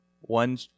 one